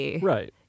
Right